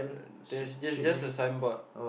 uh there's there's just a signboard